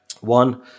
one